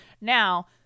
Now